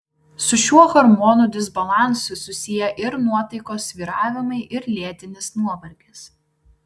su šiuo hormonų disbalansu susiję ir nuotaikos svyravimai ir lėtinis nuovargis